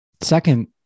Second